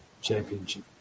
championship